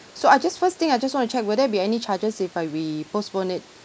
so I just first thing I just want to check will there be any charges if I we postpone it